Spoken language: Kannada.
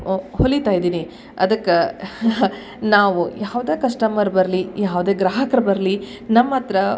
ಒ ಹೊಲೀತಾ ಇದೀನಿ ಅದಕ್ಕೆ ನಾವು ಯಾವ್ದೇ ಕಶ್ಟಮರ್ ಬರಲಿ ಯಾವುದೇ ಗ್ರಾಹಕ್ರು ಬರಲಿ ನಮ್ಮ ಹತ್ರ